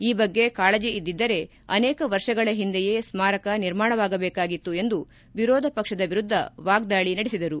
ಈ ಬಗ್ಗೆ ಕಾಳಜಿ ಇದ್ದಿದ್ದರೆ ಅನೇಕ ವರ್ಷಗಳ ಹಿಂದೆಯೇ ಸ್ಮಾರಕ ನಿರ್ಮಾಣವಾಗಬೇಕಾಗಿತ್ತು ಎಂದು ವಿರೋಧ ಪಕ್ಷದ ವಿರುದ್ಧ ವಾಗ್ದಾಳಿ ನಡೆಸಿದರು